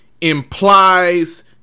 implies